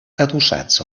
adossats